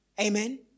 Amen